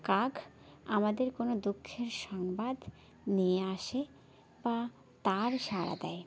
কাক আমাদের কোনো দুঃখের সংবাদ নিয়ে আসে বা তার সাড়া দেয়